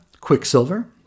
Quicksilver